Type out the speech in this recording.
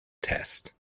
test